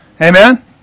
Amen